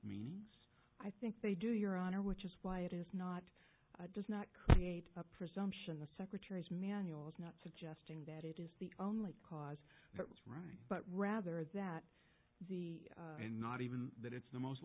meanings i think they do your honor which is why it is not does not create a presumption the secretary's manual is not suggesting that it is the only cause right but rather that the and not even that it's the most